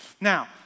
Now